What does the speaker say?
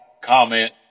comment